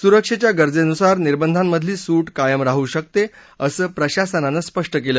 सुरक्षेच्या गरजेनुसार निर्बंधांमधली सूट कायम राहू शकते असं प्रशासनानं स्पष्ट केलं